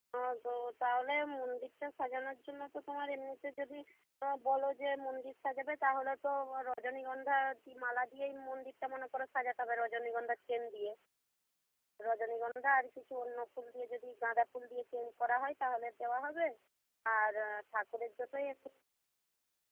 ও তো তাহলে মন্দিরটা সাজানোর জন্য তো তোমার এমনিতে যদি বলো যে মন্দির সাজাবে তাহলে তো রজনীগন্ধার মালা দিয়েই মন্দিরটা মনে করো সাজাতে হবে রজনীগন্ধার চেন দিয়ে রজনীগন্ধা আর কিছু অন্য ফুল দিয়ে যদি গাঁদা ফুল দিয়ে চেন করা হয় তাহলে দেওয়া হবে আর ঠাকুরের জন্যই একটু